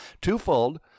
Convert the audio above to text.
Twofold